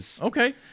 Okay